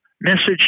message